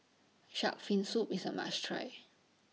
Shark's Fin Soup IS A must Try